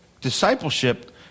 Discipleship